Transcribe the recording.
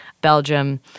Belgium